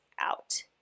out